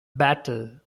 battle